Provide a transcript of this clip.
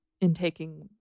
intaking